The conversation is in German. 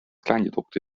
kleingedruckte